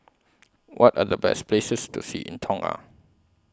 What Are The Best Places to See in Tonga